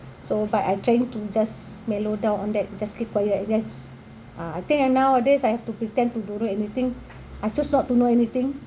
so but I trying to just mellow down on that just keep quiet and just uh I think nowadays I have to pretend to don't know anything I choose not to know anything